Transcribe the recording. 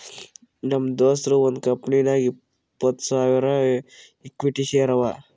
ನಮ್ ದೋಸ್ತದು ಒಂದ್ ಕಂಪನಿನಾಗ್ ಇಪ್ಪತ್ತ್ ಸಾವಿರ ಇಕ್ವಿಟಿ ಶೇರ್ ಅವಾ